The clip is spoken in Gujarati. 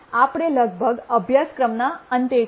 આપણે લગભગ અભ્યાસક્રમના અંતે છીએ